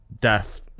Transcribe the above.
death